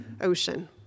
ocean